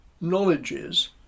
knowledges